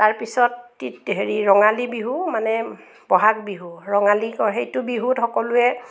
তাৰপিছত তি হেৰি ৰঙালী বিহু মানে বহাগ বিহু ৰঙালী কয় সেইটো বিহুত সকলোৱে